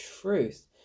truth